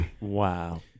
wow